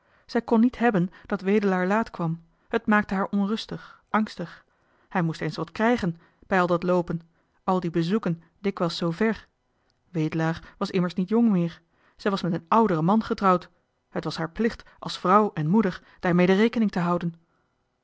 zij kon niet hebben dat wedelaar laat kwam het maakte haar onrustig angstig hij moest eens wat krijgen bij al dat loopen al die bezoeken dikwijls zoo ver wedelaar was immers niet jong meer zij was met een uderen man getrouwd het was haar plicht als vrouw en moeder daarmede rekening te houden